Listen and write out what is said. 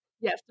Yes